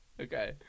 Okay